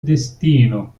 destino